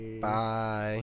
Bye